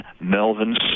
Melvin